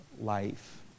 life